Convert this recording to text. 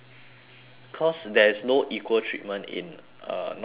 cause there's no equal treatment in uh north korea